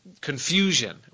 confusion